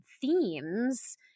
themes